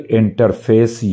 interface